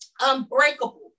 unbreakable